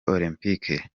olempike